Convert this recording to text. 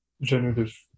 generative